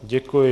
Děkuji.